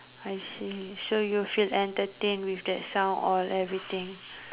I see so you feel entertained with that sound or everything